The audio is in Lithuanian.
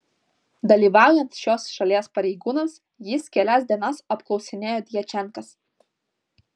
dalyvaujant šios šalies pareigūnams jis kelias dienas apklausinėjo djačenkas